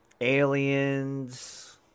aliens